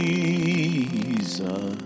Jesus